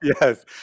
yes